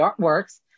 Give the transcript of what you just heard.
artworks